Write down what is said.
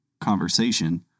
conversation